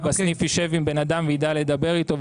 בסניף יישב עם בן אדם ויידע לדבר איתו.